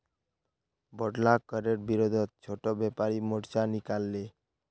बोढ़ला करेर विरोधत छोटो व्यापारी मोर्चा निकला ले